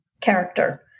character